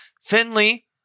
Finley